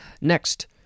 Next